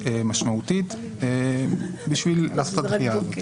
משמעותית בשביל לעשות את הדחייה הזאת.